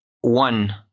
one